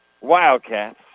Wildcats